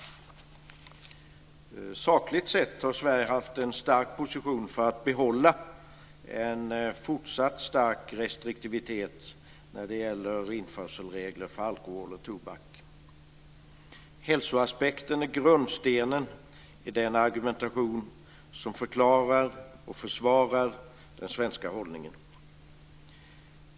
Sakligt sett har Sverige haft en stark position för att behålla en fortsatt stark restriktivitet när det gäller införselregler för alkohol och tobak. Hälsoaspekten är grundstenen i den argumentation som förklarar och försvarar den svenska hållningen.